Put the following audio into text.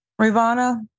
Rivana